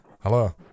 Hello